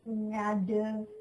ngada